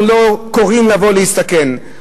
אנחנו קוראים לבוא להסתכן,